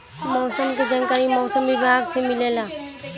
मौसम के जानकारी मौसम विभाग से मिलेला?